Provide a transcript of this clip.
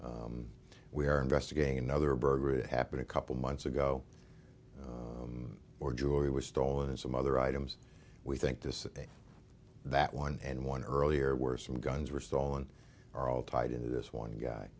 move we are investigating another burger it happened a couple months ago or jewelry was stolen and some other items we think this thing that one and one earlier were some guns were stolen are all tied into this one guy